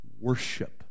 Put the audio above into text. worship